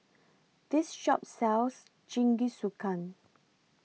This Shop sells Jingisukan